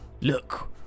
Look